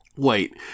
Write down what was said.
Wait